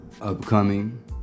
upcoming